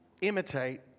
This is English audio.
imitate